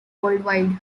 worldwide